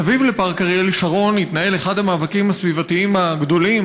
מסביב לפארק אריאל שרון התנהל אחד המאבקים הסביבתיים הגדולים,